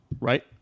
right